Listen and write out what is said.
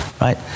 right